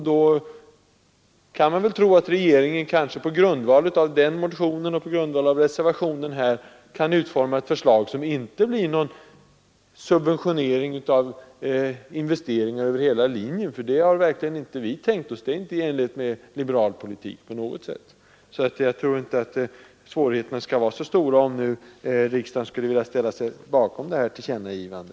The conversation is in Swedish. Då kan man väl tro att regeringen kanske på grundval av motionen och reservationen kan utforma ett förslag, som inte innebär någon subventionering av investeringar över hela linjen — för det är inte det vi tänkt oss, det är inte i enlighet med liberal politik på något sätt. Jag tror alltså inte att svårigheterna blir så stora om riksdagen nu skulle vilja ställa sig bakom detta tillkännagivande.